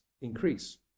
increase